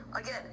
Again